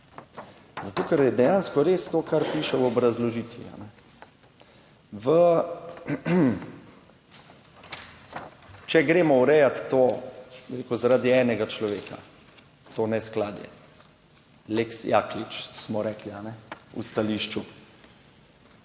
Zato, ker je dejansko res to, kar piše v obrazložitvi. V, če gremo urejat to, bi rekel, zaradi enega človeka, to neskladje, lex Jaklič smo rekli v stališču,